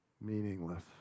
meaningless